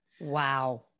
Wow